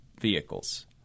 vehicles